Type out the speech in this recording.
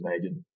agent